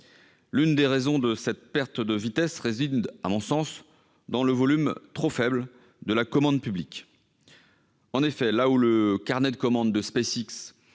L'une des raisons de cette perte de vitesse réside, à mon sens, dans le volume trop faible de la commande publique. En effet, là où le carnet de commandes de SpaceX